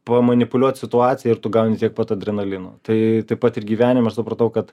pamanipuliuot situacija ir tu gauni tiek pat adrenalino tai taip pat ir gyvenime supratau kad